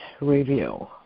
review